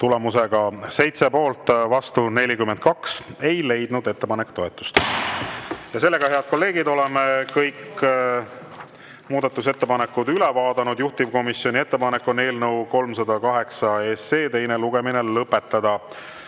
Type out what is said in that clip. Tulemusega 7 poolt, vastu 42, ei leidnud ettepanek toetust. Head kolleegid, oleme kõik muudatusettepanekud üle vaadanud. Juhtivkomisjoni ettepanek on eelnõu 308 teine lugemine lõpetada.